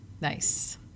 Nice